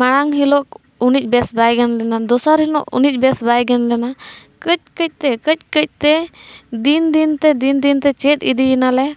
ᱢᱟᱲᱟᱝ ᱦᱤᱞᱳᱜ ᱩᱱᱤ ᱵᱮᱥ ᱵᱟᱭ ᱜᱟᱱ ᱞᱮᱱᱟ ᱫᱚᱥᱟᱨ ᱦᱤᱞᱳᱜ ᱩᱱᱤ ᱵᱮᱥ ᱵᱟᱭ ᱜᱟᱱ ᱞᱮᱱᱟ ᱠᱟᱹᱡ ᱠᱟᱹᱡ ᱛᱮ ᱫᱤᱱ ᱫᱤᱱ ᱛᱮ ᱪᱮᱫ ᱤᱫᱤᱭᱮᱱᱟᱞᱮ